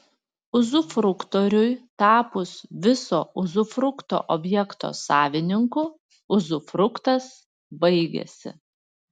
uzufruktoriui tapus viso uzufrukto objekto savininku uzufruktas baigiasi